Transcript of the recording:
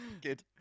Good